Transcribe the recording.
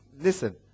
Listen